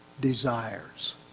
desires